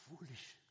foolish